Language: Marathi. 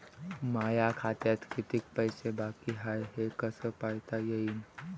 माया खात्यात कितीक पैसे बाकी हाय हे कस पायता येईन?